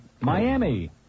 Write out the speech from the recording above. Miami